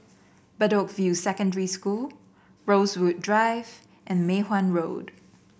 Bedok View Secondary School Rosewood Drive and Mei Hwan Road